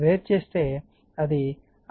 వేరుచేస్తే అది RLRL2 XL2 అవుతుంది